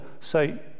say